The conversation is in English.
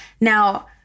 Now